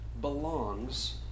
belongs